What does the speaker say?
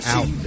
Out